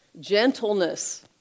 Gentleness